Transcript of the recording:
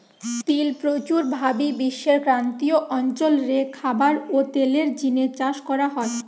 তিল প্রচুর ভাবি বিশ্বের ক্রান্তীয় অঞ্চল রে খাবার ও তেলের জিনে চাষ করা হয়